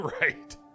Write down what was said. Right